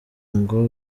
ngo